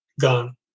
Gone